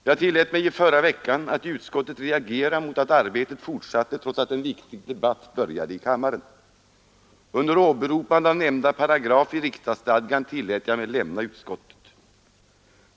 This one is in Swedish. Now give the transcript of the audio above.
Jag tillät mig i förra veckan att i utskottet reagera mot att arbetet fortsattes trots att en viktig debatt började i kammaren. Under åberopande av nämnda paragraf i riksdagsstadgan tillät jag mig lämna utskottet.